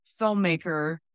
filmmaker